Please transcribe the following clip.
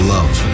Love